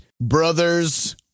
Brothers